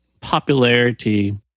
popularity